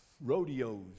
rodeos